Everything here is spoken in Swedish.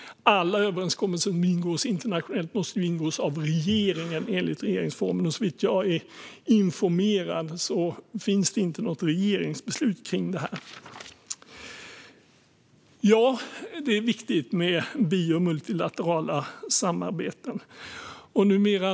Alla överenskommelser som ingås internationellt måste ju ingås av regeringen, enligt regeringsformen, och såvitt jag är informerad finns det inte något regeringsbeslut om detta. Det är viktigt med bi och multilaterala samarbeten.